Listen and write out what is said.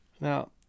Now